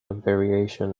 variation